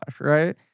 right